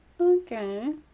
Okay